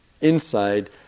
inside